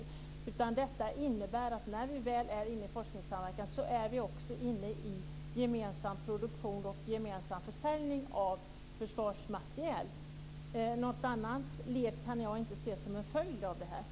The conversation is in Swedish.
Detta innebär i stället på sikt att när vi väl är inne i forskningssamverkan är vi också inne i gemensam produktion och gemensam försäljning av försvarsmateriel. Något annat led kan jag inte se som en följd av detta.